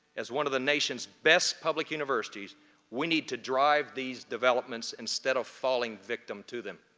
as one of the nation's best public universities we need to drive these developments instead of falling victim to them.